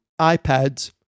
iPads